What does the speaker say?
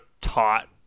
taught